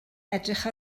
edrych